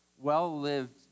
well-lived